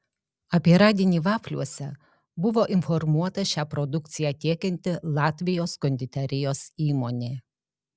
apie radinį vafliuose buvo informuota šią produkciją tiekianti latvijos konditerijos įmonė